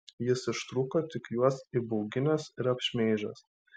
jis ištrūko tik juos įbauginęs ir apšmeižęs